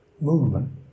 movement